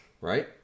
right